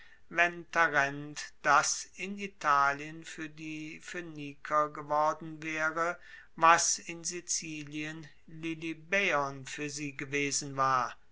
wenn tarent das in italien fuer die phoeniker geworden waere was in sizilien lilybaeon fuer sie gewesen war